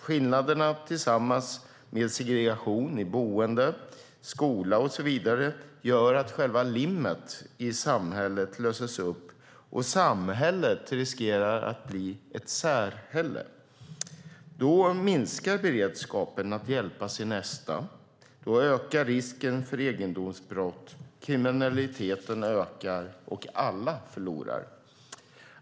Skillnaderna tillsammans med segregation i boende, skola och så vidare gör att själva limmet i samhället löses upp och samhället riskerar att bli så att säga ett särhälle. Då minskar beredskapen att hjälpa sin nästa, då ökar risken för egendomsbrott, kriminaliteten ökar, och alla förlorar.